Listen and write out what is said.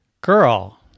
Girl